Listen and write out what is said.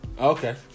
Okay